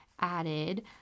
added